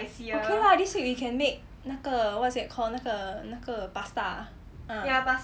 okay lah this week we can make 那个 what's that called 那个 pasta uh ah